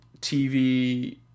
TV